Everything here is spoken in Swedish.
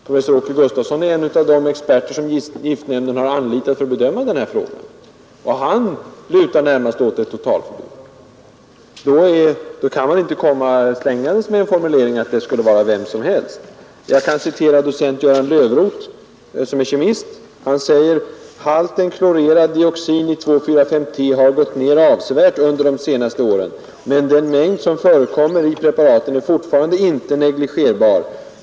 Professor Åke Gustafsson är en av de experter som giftnämnden har anlitat för att bedöma denna fråga, och han lutar närmast åt ett totalförbud. Då kan man inte komma slängandes med formuleringen att det skulle vara vem som helst. 79 Jag kan citera docent Göran Löfroth, som är kemist. Han säger: ”Halten klorerad dioxin i 2,4,5-T har gått ned avsevärt under de senaste åren, men den mängd som förekommer i preparaten är fortfarande inte negligerbar.